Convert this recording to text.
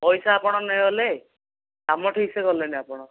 ପଇସା ଆପଣ ନେଇଗଲେ କାମ ଠିକ୍ ସେ କଲେନି ଆପଣ